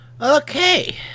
Okay